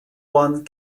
one